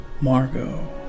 Margot